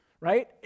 right